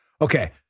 Okay